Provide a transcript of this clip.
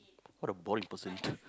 what a boring person